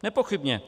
Nepochybně.